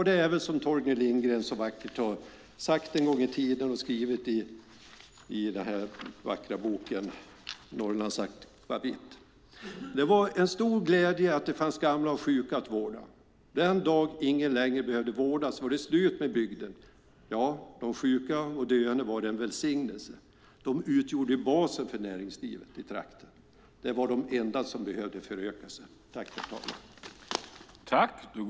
Det är väl som Torgny Lindgren så vackert har skrivit en gång i tiden i den vackra boken Norrlands Akvavit : Det var en stor glädje att det fanns gamla och sjuka att vårda. Den dag ingen längre behövde vårdas var det slut med bygden. Ja, de sjuka och döende var en välsignelse. De utgjorde basen för näringslivet i trakten. Det var de enda som behövde föröka sig.